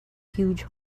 huge